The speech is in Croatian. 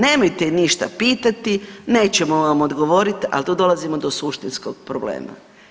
Nemojte ništa pitati, nećemo vam odgovoriti, ali to dolazimo do suštinskog problema.